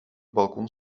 balkon